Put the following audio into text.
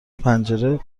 پنجره